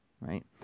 right